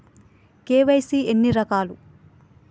KYC ఎన్ని రకాలు?